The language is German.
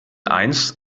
eins